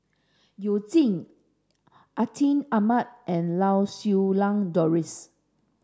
You Jin Atin Amat and Lau Siew Lang Doris